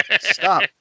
Stop